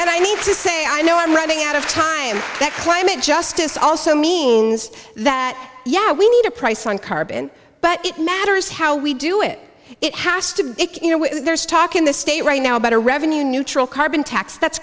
and i need to say i know i'm running out of time that climate justice also means that yeah we need a price on carbon but it matters how we do it it has to be you know there's talk in this state right now about a revenue neutral carbon tax that's